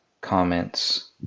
comments